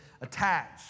attached